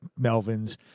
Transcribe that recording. Melvins